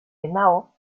genau